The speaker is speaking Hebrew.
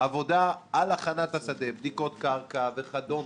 עבודה על הכנת השדה, בדיקות קרקע וכדומה,